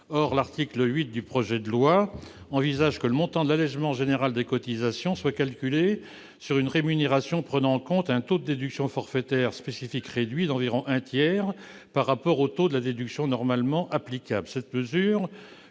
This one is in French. de la sécurité sociale prévoit que le montant de l'allégement général de cotisations sociales patronales soit calculé sur une rémunération prenant en compte un taux de déduction forfaitaire spécifique réduit d'environ un tiers par rapport au taux de la déduction normalement applicable.